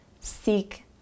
seek